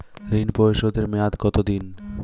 ঋণ পরিশোধের মেয়াদ কত দিন?